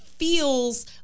Feels